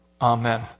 Amen